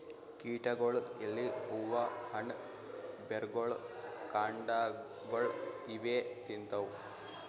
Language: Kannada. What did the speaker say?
ಕೀಟಗೊಳ್ ಎಲಿ ಹೂವಾ ಹಣ್ಣ್ ಬೆರ್ಗೊಳ್ ಕಾಂಡಾಗೊಳ್ ಇವೇ ತಿಂತವ್